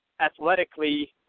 athletically